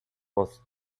was